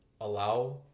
allow